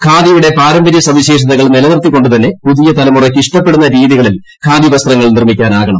ഖാദിയുടെ പാരമ്പര്യ സവിശേഷതകൾ നിലനിർത്തി കൊണ്ടുതന്നെ പുതിയ തലമുറയ്ക്ക് ഇഷ്ടപ്പെടുന്ന രീതികളിൽ ഖാദി വസ്ത്രങ്ങൾ നിർമ്മിക്കാനാകണം